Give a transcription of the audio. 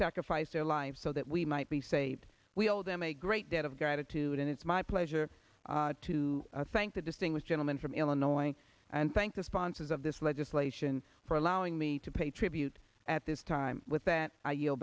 sacrifice their lives so that we might be saved we owe them a great debt of gratitude and it's my pleasure to thank the distinguished gentleman from illinois and thank the sponsors of this legislation for allowing me to pay tribute at this time with that i y